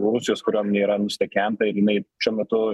rusijos kariuomenė yra nustekenta ir jinai šiuo metu